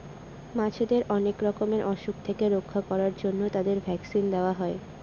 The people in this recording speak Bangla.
মাছেদের অনেক রকমের অসুখ থেকে রক্ষা করার জন্য তাদের ভ্যাকসিন দেওয়া হয়